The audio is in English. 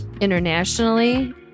internationally